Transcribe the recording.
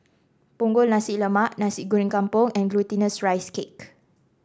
Punggol Nasi Lemak Nasi Goreng Kampung and Glutinous Rice Cake